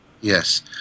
Yes